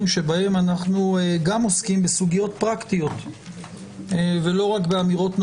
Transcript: שבהם אנחנו גם עוסקים פרקטיות ולא רק באמירות נורמטיביות.